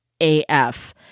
AF